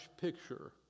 picture